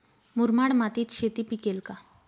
मुरमाड मातीत शेती पिकेल का?